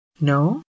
No